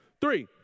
three